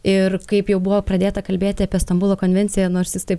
ir kaip jau buvo pradėta kalbėti apie stambulo konvenciją nors jūs taip